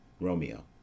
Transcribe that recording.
Romeo